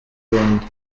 rwanda